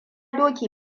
doki